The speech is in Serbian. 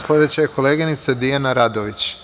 Sledeća je koleginica Dijana Radović.